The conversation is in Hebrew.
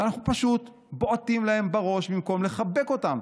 ואנחנו פשוט בועטים להם בראש במקום לחבק אותם.